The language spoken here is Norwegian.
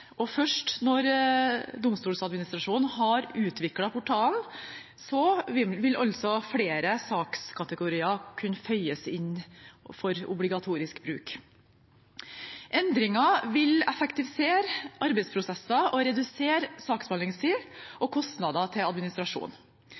og først når Domstoladministrasjonen har utviklet portalen, vil flere sakskategorier kunne føyes til for obligatorisk bruk. Endringen vil effektivisere arbeidsprosesser og redusere saksbehandlingstid